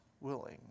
willing